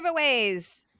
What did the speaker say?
giveaways